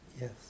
yes